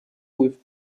with